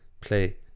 play